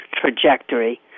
trajectory